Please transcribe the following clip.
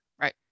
Right